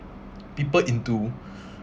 people into